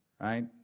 Right